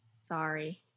sorry